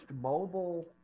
mobile